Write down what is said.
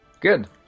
Good